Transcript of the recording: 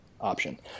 option